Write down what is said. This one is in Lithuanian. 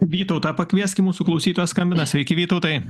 vytautą pakvieskim mūsų klausytoją skambina sveiki vytautai